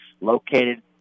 located